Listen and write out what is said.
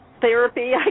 therapy